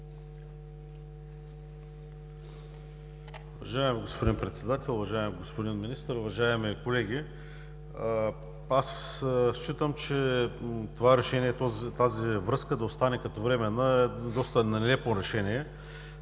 Уважаеми господин Председател, уважаеми господин Министър, уважаеми колеги! Считам, че решението тази връзка да остане като временна е доста нелепо решение,